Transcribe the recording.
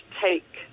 take